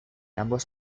ambos